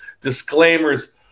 disclaimers